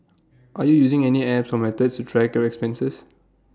are you using any apps or methods to track your expenses